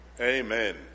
Amen